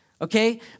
Okay